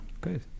good